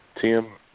Tim